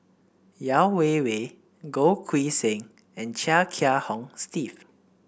Yeo Wei Wei Goh Keng Swee and Chia Kiah Hong Steve